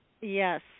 Yes